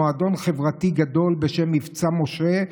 מועדון חברתי גדול בשם "מבצע משה",